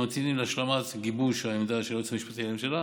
אנו ממתינים להשלמת גיבוש העמדה של היועץ המשפטי לממשלה,